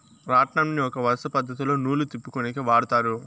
రాట్నంని ఒక వరుస పద్ధతిలో నూలు తిప్పుకొనేకి వాడతారు